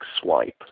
swipe